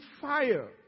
fire